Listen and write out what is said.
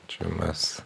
čia mes